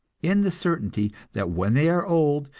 in the certainty that when they are old,